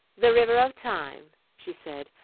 the river of time, she said,